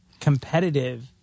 competitive-